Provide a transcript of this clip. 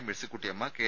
Mercykuttyamma K